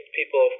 people